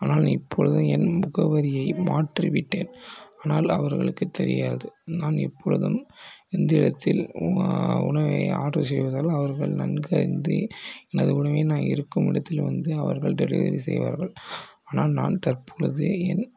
ஆனால் இப்பொழுது என் முகவரியை மாற்றிவிட்டேன் ஆனால் அவர்களுக்கு தெரியாது நான் எப்பொழுதும் எந்த இடத்தில் உணவை ஆர்ட்ரு செய்வதால் அவர்கள் நன்கு அறிந்து எனது உணவை நான் இருக்கும் இடத்தில் வந்து அவர்கள் டெலிவரி செய்வார்கள் ஆனால் நான் தற்பொழுது என்